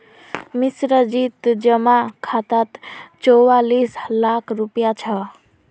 मिश्राजीर जमा खातात चौवालिस लाख रुपया छ